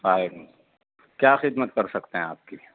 وعلیکم کیا خدمت کر سکتے ہیں آپ کی